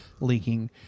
leaking